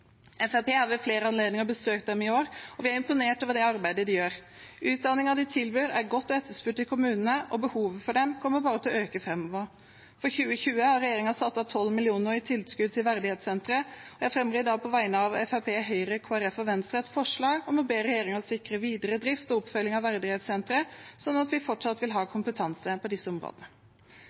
Fremskrittspartiet har ved flere anledninger besøkt dem i år, og vi er imponert over arbeidet de gjør. Utdanningen de tilbyr, er etterspurt i kommunene, og behovet kommer bare til å øke framover. For 2020 har regjeringen satt av 12 mill. kr i tilskudd til Verdighetssenteret. Jeg fremmer i dag, på vegne av Fremskrittspartiet, Høyre, Kristelig Folkeparti og Venstre, et forslag om å be regjeringen sikre videre drift og oppfølging av Verdighetssenteret, slik at vi fortsatt vil ha kompetanse på disse områdene.